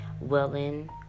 willing